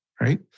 right